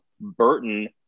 Burton